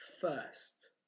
first